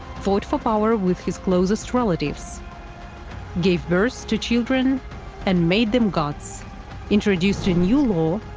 for for power with his closest relatives gave birth to children and made them gods introduced a new law,